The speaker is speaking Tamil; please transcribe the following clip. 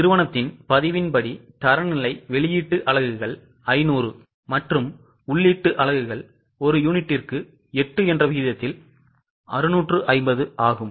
நிறுவனத்தின் பதிவின் படி தரநிலை வெளியீட்டு அலகுகள் 500 மற்றும் உள்ளீட்டு அலகுகள் ஒரு யூனிட்டுக்கு 8 என்ற விகிதத்தில் 650 ஆகும்